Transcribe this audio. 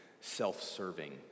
self-serving